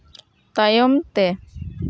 ᱛᱟᱭᱚᱢ ᱛᱮ